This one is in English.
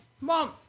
Mom